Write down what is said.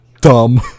dumb